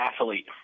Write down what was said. athlete